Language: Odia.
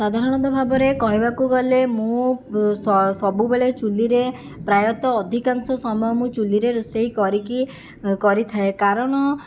ସାଧାରଣତଃ ଭାବରେ କହିବାକୁ ଗଲେ ମୁଁ ସବୁବେଳେ ଚୁଲିରେ ପ୍ରାୟତଃ ଅଧିକାଂଶ ସମୟ ମୁଁ ଚୁଲିରେ ରୋଷେଇ କରିକି କରିଥାଏ କାରଣ